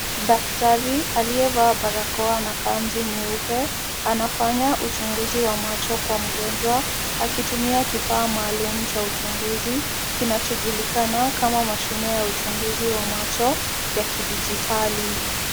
Daktari aliyevaa barakoa na kanzu nyeupe, anafanya uchunguzi wa macho kwa mgonjwa akitumia kifaa maalum cha uchunguzi, kinachojulikana kama mashine ya uchunguzi wa macho ya kidijitali.